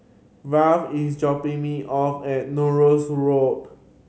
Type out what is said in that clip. Val is dropping me off at Norris Road